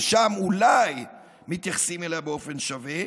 ששם אולי מתייחסים אליה באופן שווה,